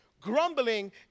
grumbling